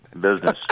Business